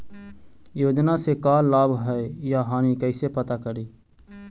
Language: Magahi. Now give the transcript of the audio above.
योजना से का लाभ है या हानि कैसे पता करी?